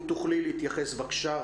אם תוכלי להתייחס, בבקשה.